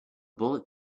bullet